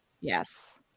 Yes